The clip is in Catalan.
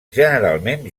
generalment